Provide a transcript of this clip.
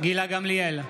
גילה גמליאל,